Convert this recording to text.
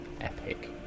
epic